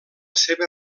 seva